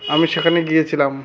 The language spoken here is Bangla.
আমি সেখানে গিয়েছিলাম